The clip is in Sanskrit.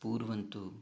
पूर्वन्तु